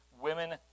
Women